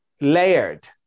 layered